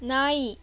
ನಾಯಿ